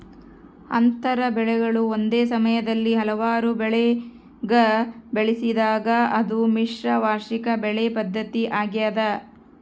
ಅಂತರ ಬೆಳೆಗಳು ಒಂದೇ ಸಮಯದಲ್ಲಿ ಹಲವಾರು ಬೆಳೆಗ ಬೆಳೆಸಿದಾಗ ಅದು ಮಿಶ್ರ ವಾರ್ಷಿಕ ಬೆಳೆ ಪದ್ಧತಿ ಆಗ್ಯದ